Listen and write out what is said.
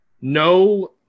no